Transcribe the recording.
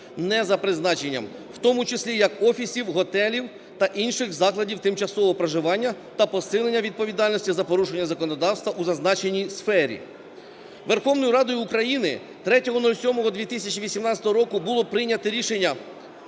не за призначенням, в тому числі як офісів, готелів та інших закладів тимчасового проживання та посилення відповідальності за порушення законодавства у зазначеній сфері. Верховною Радою України 03.07.2018 року було прийнято рішення